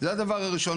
זה הדבר הראשון.